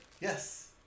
Yes